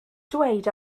dweud